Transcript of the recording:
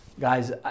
guys